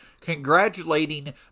congratulating